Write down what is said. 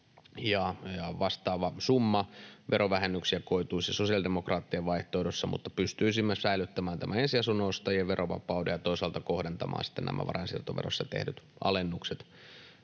vastaava summa verovähennyksiä koituisi sosiaalidemokraattien vaihtoehdossa, mutta pystyisimme säilyttämään tämän ensiasunnon ostajien verovapauden ja toisaalta kohdentamaan sitten nämä varainsiirtoverossa tehdyt alennukset